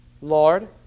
Lord